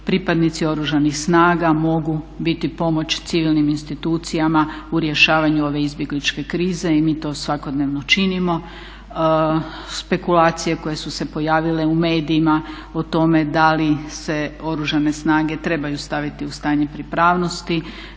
pripadnici Oružanih snaga mogu biti pomoć civilnim institucijama u rješavanju ove izbjegličke krize i mi to svakodnevno činimo. Spekulacije koje su se pojavile u medijima o tome da li se Oružane snage trebaju staviti u stanje pripravnosti,